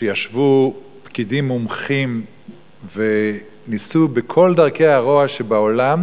שישבו פקידים מומחים וניסו בכל דרכי הרוע שבעולם